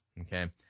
okay